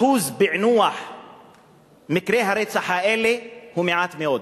אחוז פענוח מקרי הרצח האלה הוא נמוך מאוד,